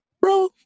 bro